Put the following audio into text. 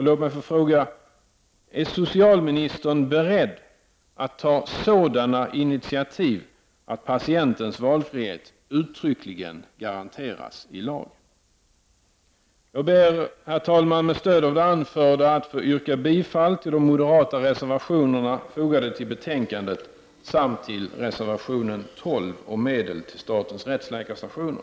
Jag vill då fråga: Är socialministern beredd att ta sådana initiativ att patientens valfrihet uttryckligen garanteras i lag? Herr talman! Med stöd av det anförda ber jag att få yrka bifall till de moderata reservationer som är fogade till betänkandet samt till reservationen 12 om medel till statens rättsläkarstationer.